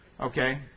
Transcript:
Okay